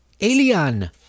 alien